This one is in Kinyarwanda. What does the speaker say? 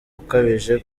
ukabije